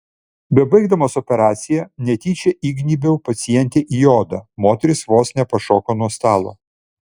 bebaigdamas operaciją netyčia įgnybiau pacientei į odą moteris vos nepašoko nuo stalo